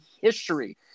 history